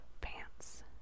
pants